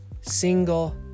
single